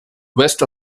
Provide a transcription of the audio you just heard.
west